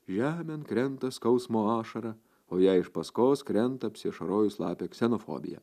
žemėn krenta skausmo ašara o jai iš paskos krenta apsiašarojus lapė ksenofobija